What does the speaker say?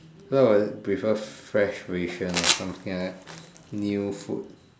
why will I prefer fresh ration or something like that new food